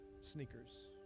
sneakers